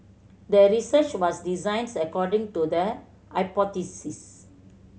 the research was designs according to the